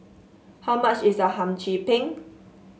how much is Hum Chim Peng